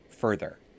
further